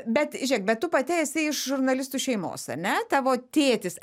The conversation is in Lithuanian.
bet žiūrėk bet tu pati esi iš žurnalistų šeimos ar ne tavo tėtis